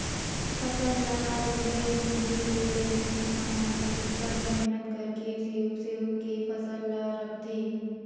फसल ल लूए मिजे के पहिली किसान मन बिकट मेहनत करके सेव सेव के फसल ल राखथे